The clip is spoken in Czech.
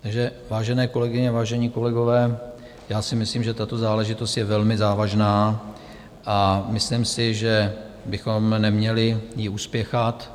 Takže vážené kolegyně, vážení kolegové, já si myslím, že tato záležitost je velmi závažná, a myslím si, že bychom ji neměli uspěchat.